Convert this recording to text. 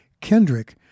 Kendrick